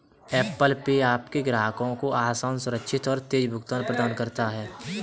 Apple Pay आपके ग्राहकों को आसान, सुरक्षित और तेज़ भुगतान प्रदान करता है